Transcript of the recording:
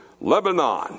lebanon